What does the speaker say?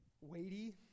weighty